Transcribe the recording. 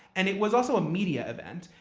and it was also a media event,